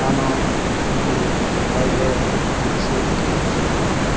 Thane Pune Raigad Nashik Jalgaon